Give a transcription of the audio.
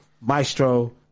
maestro